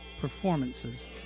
performances